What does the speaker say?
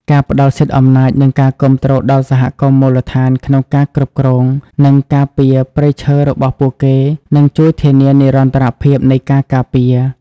ការផ្តល់សិទ្ធិអំណាច និងការគាំទ្រដល់សហគមន៍មូលដ្ឋានក្នុងការគ្រប់គ្រង និងការពារព្រៃឈើរបស់ពួកគេនឹងជួយធានានិរន្តរភាពនៃការការពារ។